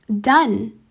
done